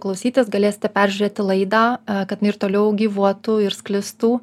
klausytis galėsite peržiūrėti laidą kad jinai ir toliau gyvuotų ir sklistų